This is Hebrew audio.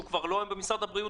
שכבר לא נמצא היום במשרד הבריאות.